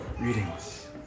Readings